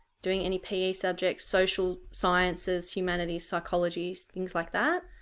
doing any pe subjects, social sciences, humanities, psychologies, things like that.